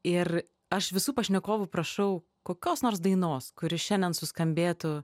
ir aš visų pašnekovų prašau kokios nors dainos kuri šiandien suskambėtų